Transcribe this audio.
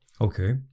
okay